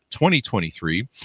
2023